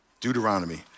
Deuteronomy